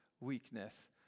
weakness